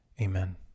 Amen